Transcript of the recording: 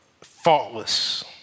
faultless